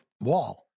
wall